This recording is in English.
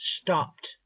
stopped